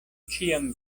ĉiam